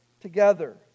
together